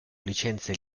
licenze